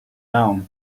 down